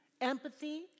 Empathy